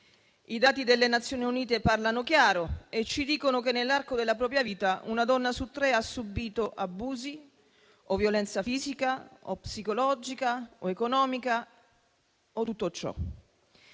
I dati delle Nazioni Unite parlano chiaro e ci dicono che nell'arco della propria vita una donna su tre ha subìto abusi o violenza fisica o psicologica o economica o tutto ciò.